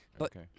Okay